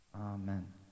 Amen